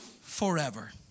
forever